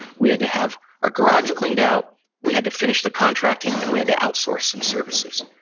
we had to have our garage cleaned out, we had to finish the contracting, and we had to outsource some services.